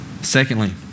Secondly